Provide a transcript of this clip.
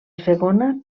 segona